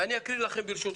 ואני אקריא ברשותכם